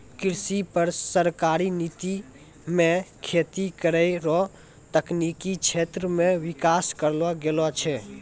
कृषि पर सरकारी नीति मे खेती करै रो तकनिकी क्षेत्र मे विकास करलो गेलो छै